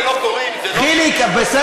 לא קורה אם זה לא, חיליק, בסדר.